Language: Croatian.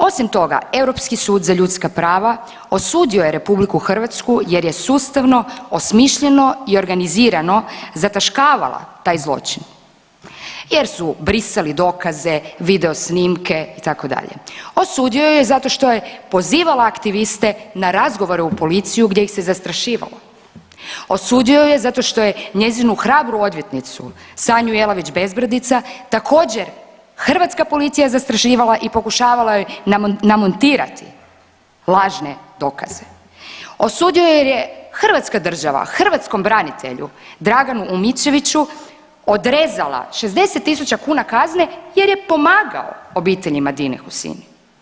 Osim toga Europski sud za ljudska prava osudio je RH jer je sustavno, osmišljeno i organizirano zataškavala taj zločin jer su brisali dokaze, videosnimke itd., osudio ju je zato što je pozivala aktiviste na razgovore u policiju gdje ih se zastrašivalo, osudio ju je zato što je njezinu hrabru odvjetnicu Sanju Jelavić Bezbradica također hrvatska policija zastrašivala i pokušavala joj namontirati lažne dokaze, osudio ju je jer je hrvatska država hrvatskom branitelju Draganu Umičeviću odrezala 60 tisuća kuna kazne jer je pomagao obiteljima Madine Husseiny.